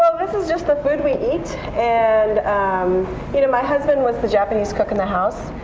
this is just the food we eat. and um you know my husband was the japanese cook in the house.